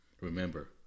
Remember